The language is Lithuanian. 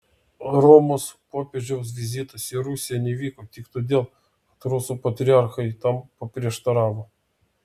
romos popiežiaus vizitas į rusiją neįvyko tik todėl kad rusų patriarchai tam paprieštaravo